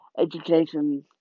education